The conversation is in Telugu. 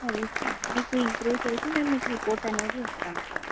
అది సార్ మీకు ఇంప్రూవ్ చేసి మేం మీకు రిపోర్ట్ అనేది ఇస్తాం సార్